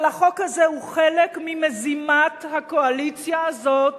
אבל החוק הזה הוא חלק ממזימת הקואליציה הזאת